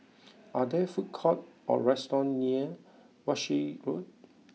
are there food courts or restaurants near Walshe Road